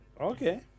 Okay